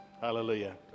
hallelujah